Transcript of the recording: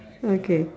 okay